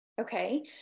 Okay